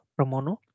Ramono